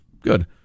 good